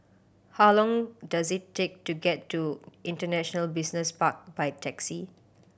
how long does it take to get to International Business Park by taxi